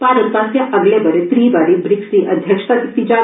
भारत ास्सेआ अगले ब'रे त्री बारी ब्रिक्स दी अध्यक्षता कीती जाग